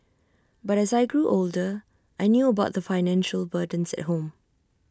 but as I grew older I knew about the financial burdens at home